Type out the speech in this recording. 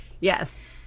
Yes